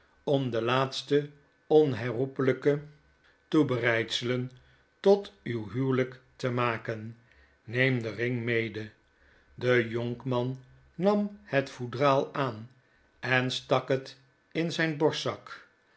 om de laatste onherroepelijke toebereidhet geheim van edwin drood selen tot uw huwelyk te maken neem den ring mede de jonkman nam het foudraal aan en stak het in zijn borstzak